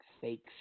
fake